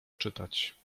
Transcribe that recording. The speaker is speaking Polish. czytać